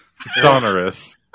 Sonorous